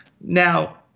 Now